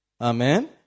Amen